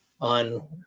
on